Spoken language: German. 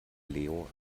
leo